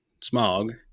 Smog